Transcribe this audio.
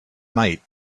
night